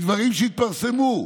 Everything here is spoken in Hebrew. מדברים שהתפרסמו.